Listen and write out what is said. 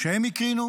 שהם הקרינו,